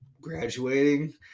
graduating